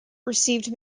received